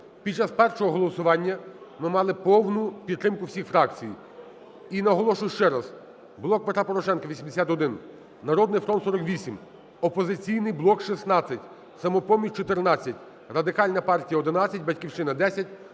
під час першого голосування ми мали повну підтримку всіх фракцій. І наголошую ще раз: "Блок Петра Порошенка" – 81, "Народний фронт" – 48, "Опозиційний блок" – 16, "Самопоміч" – 14, Радикальна партія Ляшка – 11, "Батьківщина" –